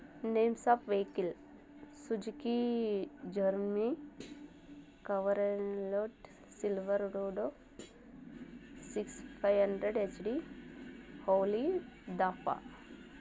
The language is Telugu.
names of vehicle Suzuki Jimny cover and load silver ludo six five hundred HD holy the fa